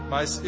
Mas